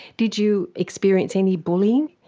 did you experience any bullying?